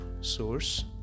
source